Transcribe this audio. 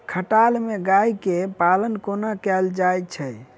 खटाल मे गाय केँ पालन कोना कैल जाय छै?